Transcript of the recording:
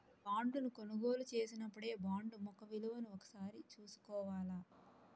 బాండును కొనుగోలు చేసినపుడే బాండు ముఖ విలువను ఒకసారి చూసుకోవాల